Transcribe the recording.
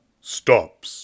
stops